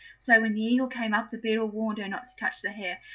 so when the eagle came up the beetle warned her not to touch the hare,